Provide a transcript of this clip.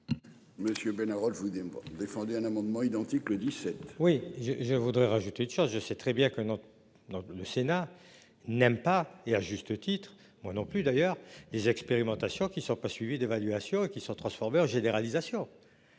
Monsieur ben rôle vous bien défendu un amendement identique le 17.